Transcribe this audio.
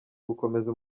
gukomeza